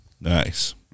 Nice